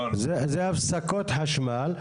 זה הפסקות חשמל.